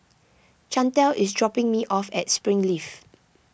Chantal is dropping me off at Springleaf